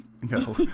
No